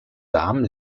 darm